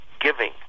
giving